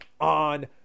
on